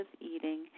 eating